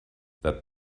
that